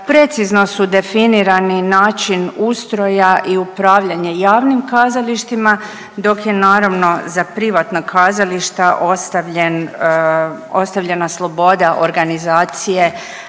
precizno su definirani način ustroja i upravljanja javnim kazalištima, dok je naravno za privatna kazališta ostavljen, ostavljena sloboda organizacije